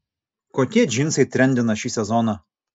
kokie džinsai trendina šį sezoną